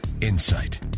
insight